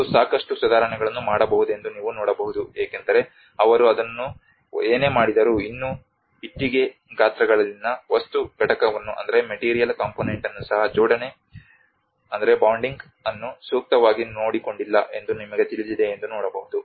ಮತ್ತು ಸಾಕಷ್ಟು ಸುಧಾರಣೆಗಳನ್ನು ಮಾಡಬಹುದೆಂದು ನೀವು ನೋಡಬಹುದು ಏಕೆಂದರೆ ಅವರು ಅದನ್ನು ಏನೇ ಮಾಡಿದರೂ ಇನ್ನೂ ಇಟ್ಟಿಗೆ ಗಾತ್ರಗಳಲ್ಲಿನ ವಸ್ತು ಘಟಕವನ್ನು ಸಹ ಜೋಡಣೆ ಸೂಕ್ತವಾಗಿ ನೋಡಿಕೊಂಡಿಲ್ಲ ಎಂದು ನಿಮಗೆ ತಿಳಿದಿದೆ ಎಂದು ನೋಡಬಹುದು